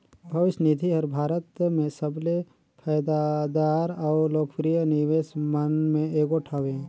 भविस निधि हर भारत में सबले फयदादार अउ लोकप्रिय निवेस मन में एगोट हवें